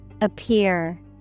Appear